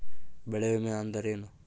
ಬೆಳೆ ವಿಮೆ ಅಂದರೇನು?